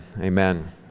amen